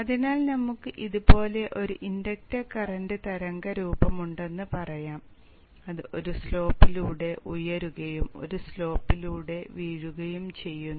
അതിനാൽ നമുക്ക് ഇതുപോലെ ഒരു ഇൻഡക്ടർ കറന്റ് തരംഗ രൂപമുണ്ടെന്ന് പറയാം അത് ഒരു സ്ലോപ്പിലൂടെ ഉയരുകയും ഒരു സ്ലോപ്പിലൂടെ വീഴുകയും ചെയ്യുന്നു